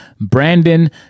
Brandon